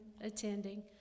attending